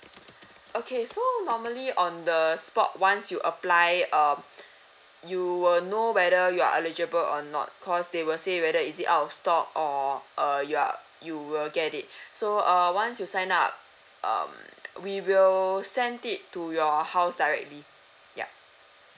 okay so normally on the spot once you apply um you will know whether you are eligible or not because they will say whether is it out of stock or uh you are you will get it so uh once you sign up um we will sent it to your house directly ya